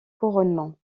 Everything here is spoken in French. couronnement